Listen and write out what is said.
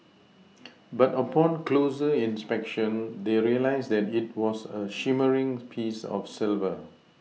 but upon closer inspection they realised that it was a shimmering piece of silver